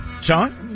Sean